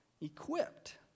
equipped